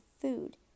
food